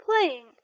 Playing